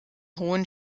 hohen